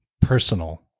personal